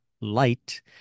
Light